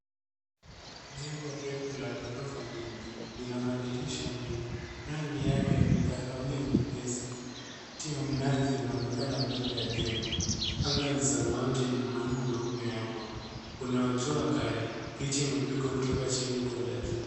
Jengo refu la ghorofa nyingi. Lina madirisha mengi. Rangi yake ni kahawia nyepesi. Mti wa mnazi unaonekana mbele ya jengo. Anga ni samawati na mawingu meupe yapo. Kuna jua kali. Picha imepigwa kutoka chini kwenda juu.